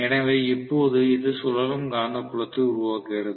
எனவே இப்போது இது சுழலும் காந்தப்புலத்தை உருவாக்குகிறது